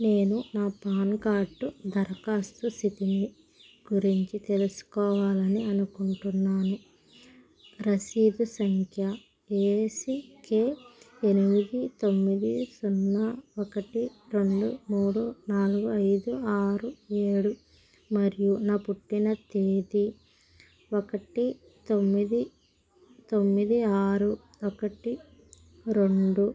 నేను నా PAN card దరఖాస్తు సితిని గురించి తెలుసుకోవాలని అనుకుంటున్నాను రసీదు సంఖ్య ఏ సీ కే ఎనిమిది తొమ్మిది సున్నా ఒకటి రెండు మూడు నాలుగు ఐదు ఆరు ఏడు మరియు నా పుట్టిన తేదీ ఒకటి తొమ్మిది తొమ్మిది ఆరు ఒకటి రెండు